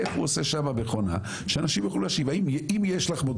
האם יש לך,